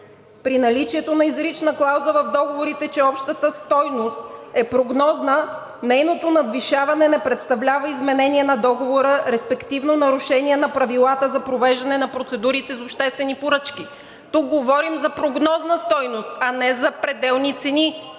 „При наличието на изрична клауза в договорите, че общата стойност е прогнозна, нейното надвишаване не представлява изменение на договора, респективно нарушение на правилата за провеждане на процедурите за обществени поръчки.“ Тук говорим за прогнозна стойност, а не за пределни цени.